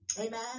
amen